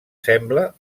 sembla